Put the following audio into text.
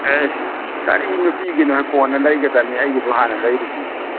ꯑꯩꯁ ꯀꯔꯤ ꯅꯨꯄꯤꯒꯤꯅꯣꯍꯦ ꯀꯣꯟꯅ ꯂꯩꯒꯗꯝꯃꯤ ꯑꯩꯒꯤꯗꯨ ꯍꯥꯟꯅ ꯂꯩꯔꯨꯒꯤꯁꯤꯁꯦ